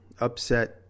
upset